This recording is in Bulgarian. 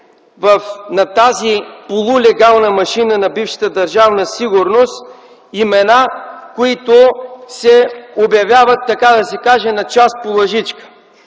на тази полулегална машина, на бившата Държавна сигурност имена, които се обявяват, така да се каже, на час по лъжичка.